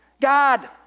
God